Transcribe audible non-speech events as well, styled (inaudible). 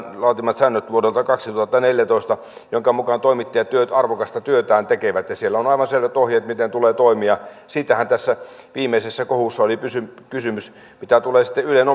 laatimat säännöt vuodelta kaksituhattaneljätoista joiden mukaan toimittajat arvokasta työtään tekevät ja siellä on aivan selvät ohjeet miten tulee toimia siitähän tässä viimeisessä kohussa oli kysymys mitä tulee sitten ylen (unintelligible)